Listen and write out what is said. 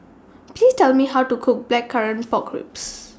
Please Tell Me How to Cook Blackcurrant Pork Ribs